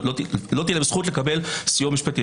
לא תהיה להן זכות לקבל סיוע משפטי.